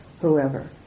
whoever